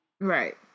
Right